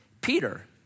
Peter